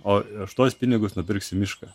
o už tuos pinigus nupirksiu mišką